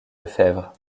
lefebvre